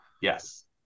yes